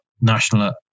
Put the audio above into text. national